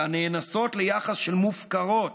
והנאנסות, ליחס של "מופקרות",